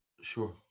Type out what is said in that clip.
Sure